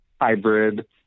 hybrid